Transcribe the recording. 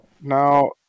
Now